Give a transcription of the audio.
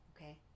Okay